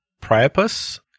Priapus